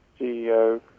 CEO